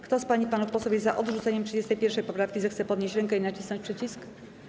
Kto z pań i panów posłów jest za odrzuceniem 31. poprawki, zechce podnieść rękę i nacisnąć przycisk.